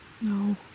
No